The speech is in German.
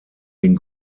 den